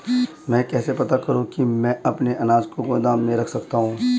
मैं कैसे पता करूँ कि मैं अपने अनाज को गोदाम में रख सकता हूँ?